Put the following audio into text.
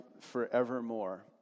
forevermore